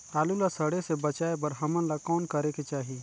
आलू ला सड़े से बचाये बर हमन ला कौन करेके चाही?